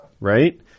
right